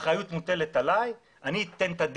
הם טענו שמכיוון שהם אלו שיתנו את